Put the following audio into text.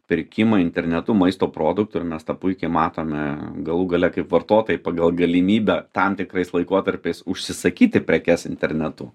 pirkimai internetu maisto produktų ir mes tą puikiai matome galų gale kaip vartotojai pagal galimybę tam tikrais laikotarpiais užsisakyti prekes internetu